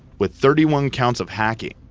with thirty one counts of hacking!